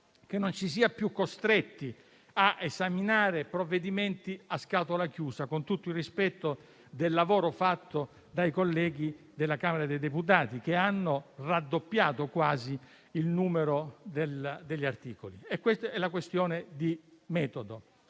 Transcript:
di non essere più costretti a esaminare provvedimenti a scatola chiusa, con tutto il rispetto del lavoro fatto dai colleghi della Camera dei deputati, che hanno quasi raddoppiato il numero degli articoli. Questa è la questione di metodo.